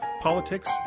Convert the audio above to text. politics